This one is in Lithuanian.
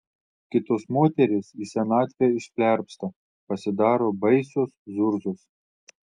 kitos moterys į senatvę išplerpsta pasidaro baisios zurzos